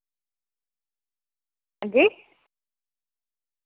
हां जी